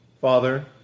Father